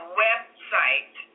website